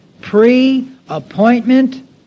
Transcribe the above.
pre-appointment